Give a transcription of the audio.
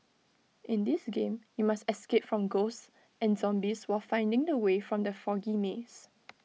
in this game you must escape from ghosts and zombies while finding the way from the foggy maze